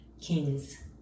kings